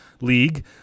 league